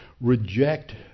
reject